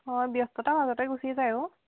হয় ব্যস্ততাৰ মাজতেই গুচি যায় অ'